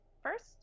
first